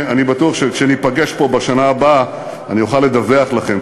אני בטוח שכשניפגש פה בשנה הבאה אני אוכל לדווח לכם,